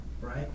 Right